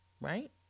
Right